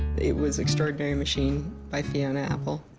it was extraordinary machine by fiona apple